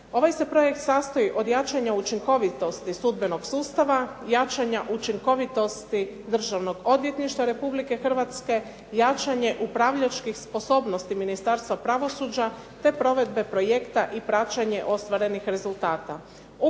Ovaj se projekt sastoji od jačanja učinkovitosti sudbenog sustava, jačanja učinkovitosti Državnog odvjetništva Republike Hrvatske, jačanje upravljačkih sposobnosti Ministarstva pravosuđa, te provedbe projekta i praćenje ostvarenih rezultata.